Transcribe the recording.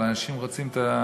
אבל אנשים רוצים את החדר.